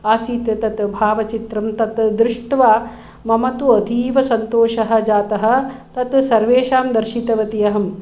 आसीत् तत् भावचित्रं तत् दृष्ट्वा मम तु अतीवसन्तोषः जातः तत् सर्वेषां दर्शितवती अहं